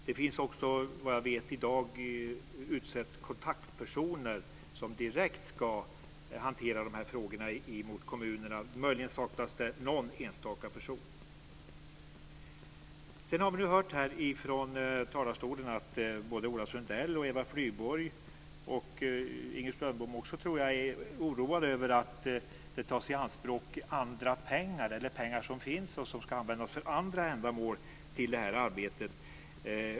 Det finns också, vet jag, i dag utsett kontaktpersoner som direkt ska hantera de här frågorna gentemot kommunerna. Möjligen saknas det någon enstaka person. Sedan har vi hört från talarstolen att både Ola Sundell och Eva Flyborg, och Inger Strömbom också tror jag, är oroade över att det tas andra pengar i anspråk, pengar som finns och som ska användas för andra ändamål, till det här arbetet.